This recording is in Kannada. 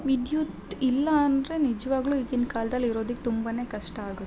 ವಿದ್ಯುತ್ ಇಲ್ಲ ಅಂದರೆ ನಿಜವಾಗ್ಲೂ ಈಗಿನ ಕಾಲ್ದಲ್ಲಿ ಇರೋದಿಕ್ಕೆ ತುಂಬ ಕಷ್ಟ ಆಗುತ್ತೆ